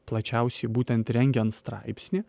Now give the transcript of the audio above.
plačiausiai būtent rengiant straipsnį